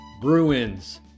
Bruins